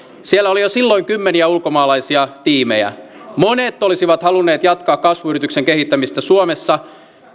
siellä oli jo silloin kymmeniä ulkomaalaisia tiimejä monet olisivat halunneet jatkaa kasvuyrityksen kehittämistä suomessa